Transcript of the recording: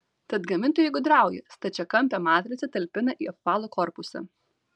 tad gamintojai gudrauja stačiakampę matricą talpina į apvalų korpusą